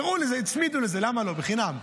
קראו לזה, הצמידו לזה, למה לא, זה בחינם.